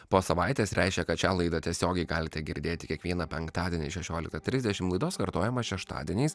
po savaitės reiškia kad šią laidą tiesiogiai galite girdėti kiekvieną penktadienį šešioliktą trisdešimt laidos kartojimas šeštadieniais